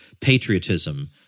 patriotism